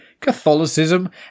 Catholicism